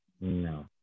No